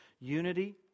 Unity